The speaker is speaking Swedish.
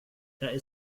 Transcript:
jag